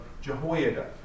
Jehoiada